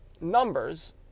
numbers